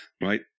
right